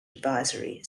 advisory